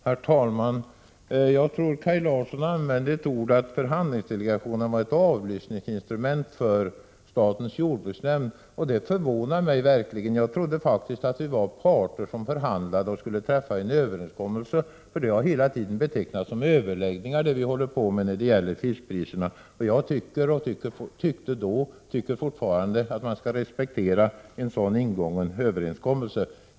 Herr talman! Kaj Larsson sade att förhandlingsdelegationen var ett avlyssningsinstrument — jag tror han använder det ordet — för statens jordbruksnämnd. Det förvånar mig verkligen. Jag trodde faktiskt att det var parter som förhandlade och skulle träffa en överenskommelse. Det vi håller på med när det gäller fiskpriserna har nämligen hela tiden betecknats som överläggningar. Jag tyckte då och tycker fortfarande att man skall respektera en sådan ingången överenskommelse.